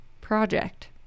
project